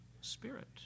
Spirit